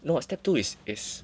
no what step two is is